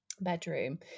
bedroom